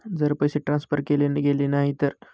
जर पैसे ट्रान्सफर केले गेले नाही तर?